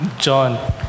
John